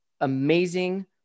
amazing